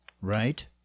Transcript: right